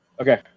Okay